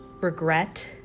regret